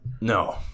No